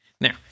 Now